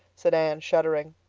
said anne, shuddering.